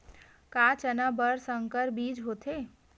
का चना बर संकर बीज होथे?